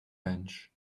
bench